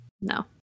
No